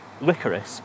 licorice